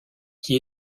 qui